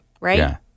right